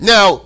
Now